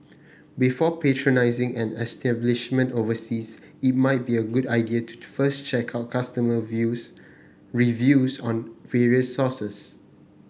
before patronising an establishment overseas it might be a good idea to first check out customer views reviews on various sources